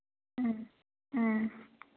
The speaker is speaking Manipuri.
ꯎꯝ ꯎꯝ